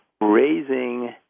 raising